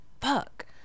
fuck